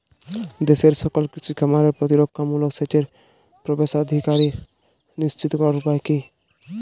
দেশের সকল কৃষি খামারে প্রতিরক্ষামূলক সেচের প্রবেশাধিকার নিশ্চিত করার উপায় কি?